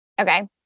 okay